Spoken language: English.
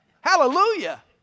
Hallelujah